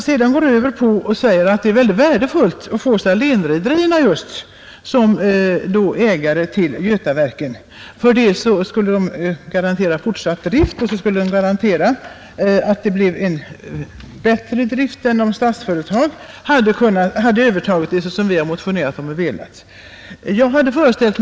Sedan säger man att det är väldigt värdefullt att få just Salénrederierna som ägare till Götaverken, därför att det företaget skulle garantera dels fortsatt drift, dels en bättre drift än om Statsföretag hade övertagit Götaverken, såsom vi har föreslagit i motionen.